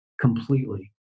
completely